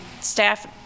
staff